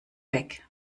weg